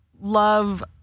love